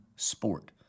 Sport